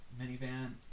minivan